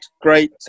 Great